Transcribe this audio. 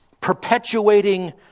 perpetuating